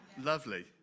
Lovely